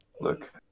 Look